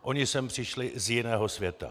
Oni sem přišli z jiného světa.